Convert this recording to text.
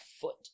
foot